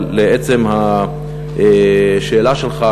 אבל לעצם השאלה שלך,